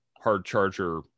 hard-charger